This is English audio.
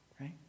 Right